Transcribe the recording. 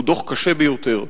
והוא דוח קשה ביותר.